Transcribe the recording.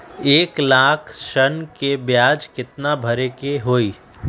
एक लाख ऋन के ब्याज केतना भरे के होई?